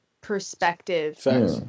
perspective